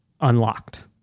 unlocked